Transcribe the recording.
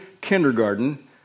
kindergarten